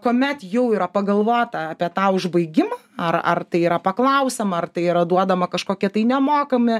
kuomet jau yra pagalvota apie tą užbaigimą ar ar tai yra paklausiama ar tai yra duodama kažkokie tai nemokami